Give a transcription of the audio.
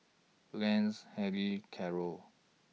Lance Helene Carlo